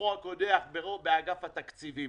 ממוחו הקודח של מישהו באגף התקציבים.